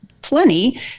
plenty